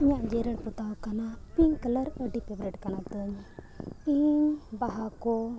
ᱤᱧᱟᱹᱜ ᱡᱮᱨᱮᱲ ᱯᱚᱛᱟᱣ ᱟᱠᱟᱱᱟ ᱯᱤᱝᱠ ᱠᱟᱞᱟᱨ ᱟᱹᱰᱤ ᱯᱷᱮᱵᱟᱨᱮᱴ ᱠᱟᱱᱟ ᱛᱤᱧ ᱤᱧ ᱵᱟᱦᱟ ᱠᱚ